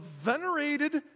venerated